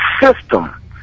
system